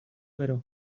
gero